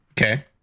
Okay